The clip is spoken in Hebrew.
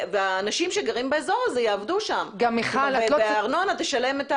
אנשים שגרים באזור הזה יעבדו שם, והארנונה תשלם.